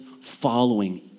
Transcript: following